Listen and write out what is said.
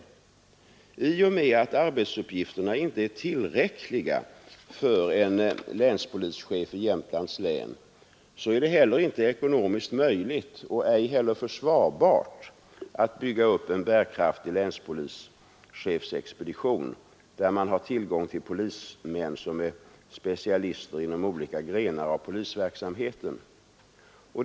I och med att arbetsuppgifterna inte är tillräckliga för en länspolischef i Jämtlands län är det heller icke ekonomiskt möjligt och ej försvarbart att bygga upp en bärkraftig länspolischefexpedition, där man har tillgång på polismän som är specialister inom olika grenar av polisverksamheten.